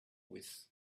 with